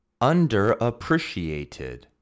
Underappreciated